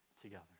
together